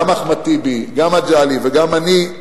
גם אחמד טיבי, גם מגלי וגם אני,